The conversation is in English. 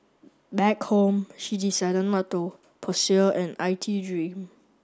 back home she decided not to pursue an I T